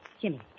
Jimmy